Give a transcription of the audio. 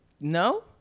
no